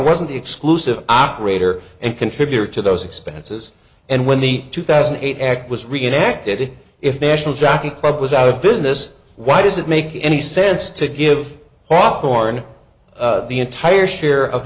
wasn't exclusive operator and contributor to those expenses and when the two thousand and eight act was reenacted if national jockey club was out of business why does it make any sense to give offshore in the entire share of